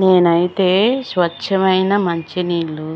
నేనైతే స్వచ్ఛమైన మంచినీళ్ళు